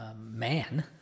man